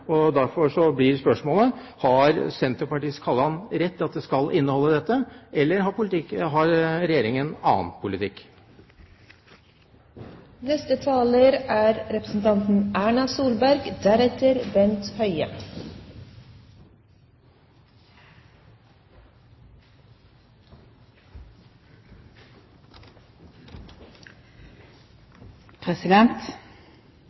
Derfor blir spørsmålet: Har Senterpartiets Kalland rett i at de skal inneholde dette, eller har Regjeringen en annen politikk? Det hender av og til på slutten av slike debatter at det er